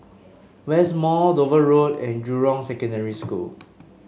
West Mall Dover Road and Jurong Secondary School